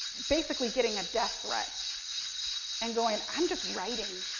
basically getting a death threat and going i'm just writing,